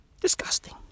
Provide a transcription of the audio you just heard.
Disgusting